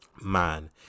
Man